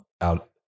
out